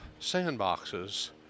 sandboxes